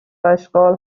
اشغال